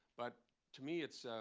but to me it's